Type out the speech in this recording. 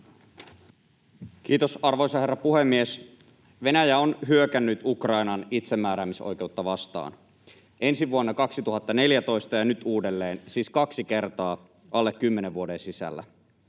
Kiitos, arvoisa herra puhemies! Venäjä on hyökännyt Ukrainan itsemääräämisoikeutta vastaan: ensin vuonna 2014 ja nyt uudelleen, siis kaksi kertaa alle kymmenen vuoden sisällä.